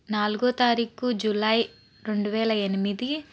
నాలుగో తారీకు జూలై రెండువేల ఎనిమిది